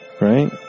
right